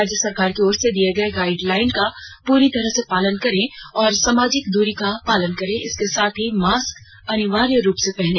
राज्य सरकार की ओर से दिये गए गाइडलाइन का पूरी तरह से पालन करें और सामाजिक दूरी का पालन करें इसके साथ ही मास्क अनिवार्य रूप से पहने